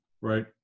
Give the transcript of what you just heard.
Right